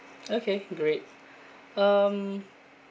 okay great um